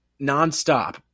nonstop